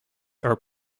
are